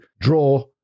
draw